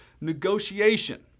negotiation